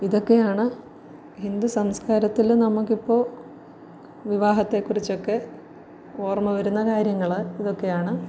ഇതൊക്കെയാണ് ഹിന്ദുസംസ്കാരത്തിൽ നമുക്കിപ്പോൾ വിവാഹത്തെക്കുറിച്ചൊക്കെ ഓർമ്മ വരുന്ന കാര്യങ്ങൾ ഇതൊക്കെയാണ്